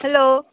hello